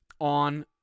on